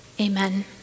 Amen